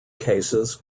cases